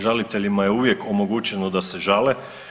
Žaliteljima je uvijek omogućeno da se žale.